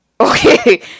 Okay